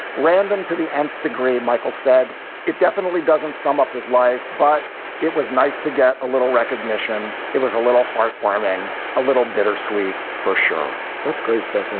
random to the nth degree. michael said it definitely doesn't sum up his life, but it was nice to get a little recognition. it was a little heartwarming, a little bittersweet for sure that's great stuff. and